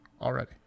already